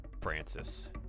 Francis